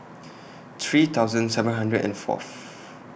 three thousand seven hundred and Fourth